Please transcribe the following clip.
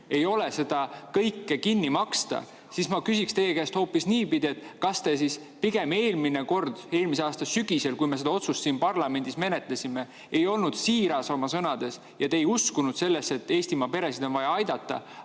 ei [luba] seda kõike kinni maksta. Ma küsiksin teie käest hoopis niipidi, et kas te pigem eelmine kord, eelmise aasta sügisel, kui me seda [seaduseelnõu] siin parlamendis menetlesime, ei olnud siiras oma sõnades ja te ei uskunud sellesse, et Eestimaa peresid on vaja aidata,